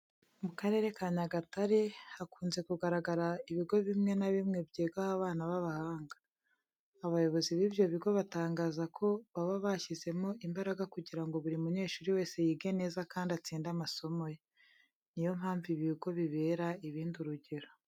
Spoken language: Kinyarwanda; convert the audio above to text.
Mu Karere ka Nyagatare hakunze kugaragara ibigo bimwe na bimwe byigaho abana b'abahanga. Abayobozi b'ibyo bigo batangaza ko baba bashyizemo imbaraga kugira ngo buri munyeshuri wese yige neza kandi atsinde amasomo ye. Ni yo mpamvu ibi bigo bibera ibindi urugero.